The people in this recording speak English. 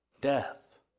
death